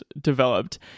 developed